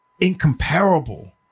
incomparable